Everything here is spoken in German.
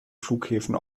flughäfen